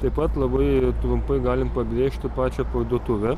taip pat labai trumpai galim pabrėžti pačią parduotuvę